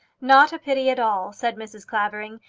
not a pity at all, said mrs. clavering.